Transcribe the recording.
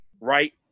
right